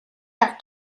авч